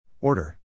Order